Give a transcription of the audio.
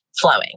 flowing